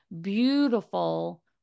beautiful